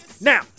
now